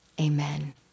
Amen